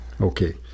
Okay